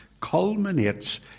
culminates